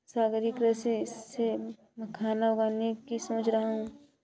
सागरीय कृषि से मखाना उगाने की सोच रहा हूं